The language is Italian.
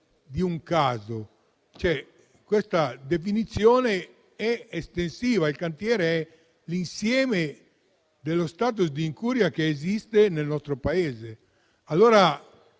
di un solo caso, ma questa definizione è estensiva; il cantiere è l'insieme dello stato di incuria che esiste nel nostro Paese